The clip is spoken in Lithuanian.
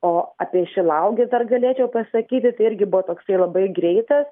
o apie šilauoges dar galėčiau pasakyti tai irgi buvo toksai labai greitas